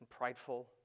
prideful